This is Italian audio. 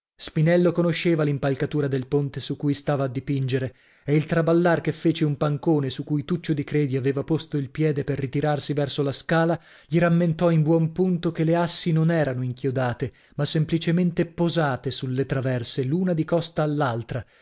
spinello conosceva l'impalcatura del ponte su cui stava a dipingere e il traballar che fece un pancone su cui tuccio di credi aveva posto il piede per ritirarsi verso la scala gli rammentò in buon punto che le assi non erano inchiodate ma semplicemente posate sulle traverse l'una di costa all'altra